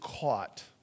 caught